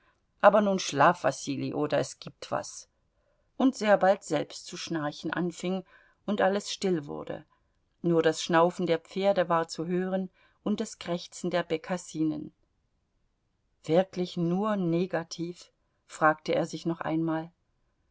aber nun schlaf wasili oder es gibt was und sehr bald selbst zu schnarchen anfing und alles still wurde nur das schnaufen der pferde war zu hören und das krächzen der bekassinen wirklich nur negativ fragte er sich noch einmal